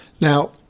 now